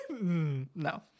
No